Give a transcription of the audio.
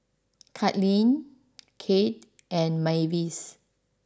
Kaitlynn Kade and Mavis